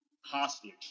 hostage